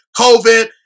covid